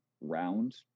round